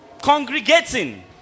Congregating